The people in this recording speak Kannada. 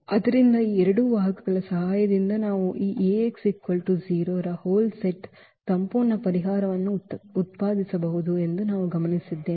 ಆದ್ದರಿಂದ ಈ ಎರಡು ವಾಹಕಗಳ ಸಹಾಯದಿಂದ ನಾವು ಈ Ax 0 ರ whole set ಸಂಪೂರ್ಣ ಪರಿಹಾರವನ್ನು ಉತ್ಪಾದಿಸಬಹುದು ಎಂದು ನಾವು ಗಮನಿಸಿದ್ದೇವೆ